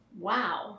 Wow